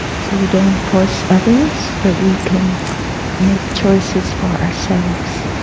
so we don't force others but we can make choices for ourselves.